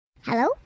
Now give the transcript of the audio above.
Hello